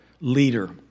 leader